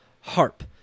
harp